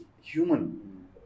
human